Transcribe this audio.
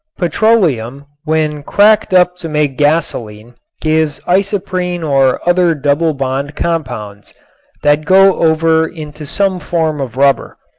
petroleum when cracked up to make gasoline gives isoprene or other double-bond compounds that go over into some form of rubber.